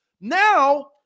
Now